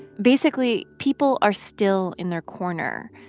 basically, people are still in their corner,